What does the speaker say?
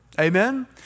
Amen